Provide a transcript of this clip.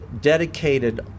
dedicated